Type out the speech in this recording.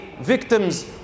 victims